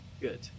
Good